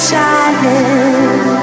Shining